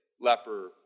leper